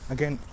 Again